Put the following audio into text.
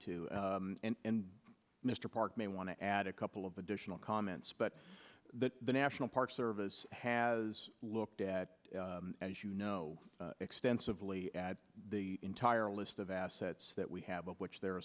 to and mr park may want to add a couple of additional comments but the national park service has looked at as you know extensively at the entire list of assets that we have of which there are